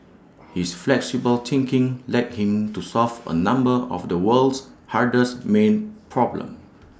his flexible thinking led him to solve A number of the world's hardest main problems